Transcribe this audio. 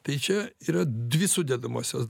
tai čia yra dvi sudedamosios